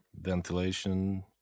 ventilation